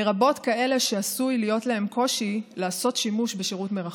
לרבות כאלה שעשוי להיות להם קושי לעשות שימוש בשירות מרחוק.